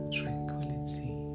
tranquility